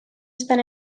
estan